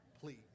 please